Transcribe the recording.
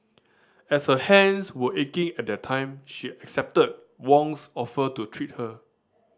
as her hands were aching at that time she accepted Wong's offer to treat her